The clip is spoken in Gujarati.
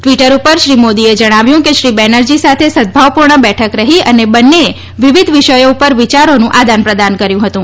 ટ્વીટર પર શ્રી મોદીએ જણાવ્યું કે શ્રી બેનરજી સાથે સદભાવપૂર્ણ બેઠક રઠી અને બંનેએ વિવિધ વિષયો પર વિયારોનું આદાનપ્રધાન કર્યું હતું